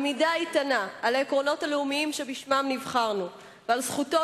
עמידה איתנה על העקרונות הלאומיים שבשמם נבחרנו ועל זכותו